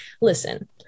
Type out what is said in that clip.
listen